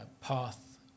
path